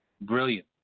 Brilliant